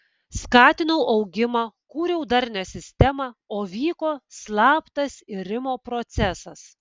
skatinau augimą kūriau darnią sistemą o vyko slaptas irimo procesas